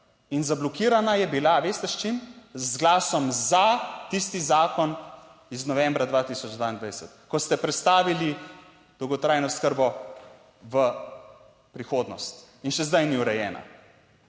In zablokirana je bila, veste s čim? Z glasom za tisti zakon iz novembra 2022, ko ste prestavili dolgotrajno oskrbo v prihodnost in še zdaj ni urejena